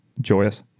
joyous